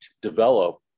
develop